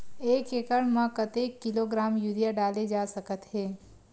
एक एकड़ म कतेक किलोग्राम यूरिया डाले जा सकत हे?